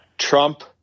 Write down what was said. Trump